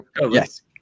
Yes